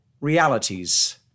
realities